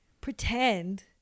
pretend